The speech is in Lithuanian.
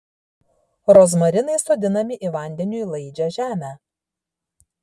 rozmarinai sodinami į vandeniui laidžią žemę